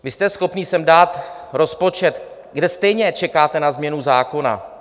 Vy jste schopni sem dát rozpočet, kde stejně čekáte na změnu zákona.